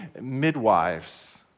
midwives